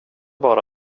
bara